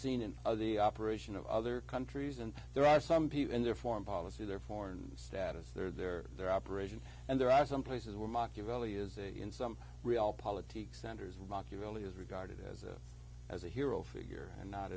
seen in the operation of other countries and there are some people in their foreign policy their foreign status their their their operation and there are some places where machiavelli is in some real politic centers of machiavelli is regarded as a as a hero figure and not